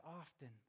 often